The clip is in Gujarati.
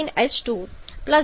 09 H2 0